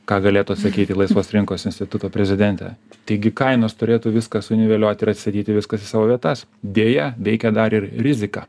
ką galėtų sakyti laisvos rinkos instituto prezidentė taigi kainos turėtų viską suniveliuoti ir atstatyti viskas į savo vietas deja veikė dar ir rizika